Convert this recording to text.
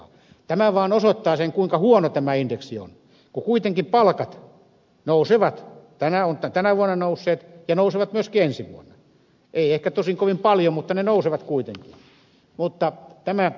tämä vaan osoittaa sen kuinka huono tämä indeksi on kun kuitenkin palkat nousevat ovat tänä vuonna nousseet ja nousevat myöskin ensi vuonna ei ehkä kovin paljon mutta ne nousevat kuitenkin